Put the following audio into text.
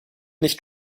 nicht